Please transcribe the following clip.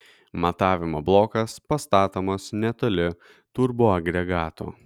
matavimo blokas pastatomas netoli turboagregato